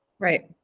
right